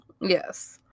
Yes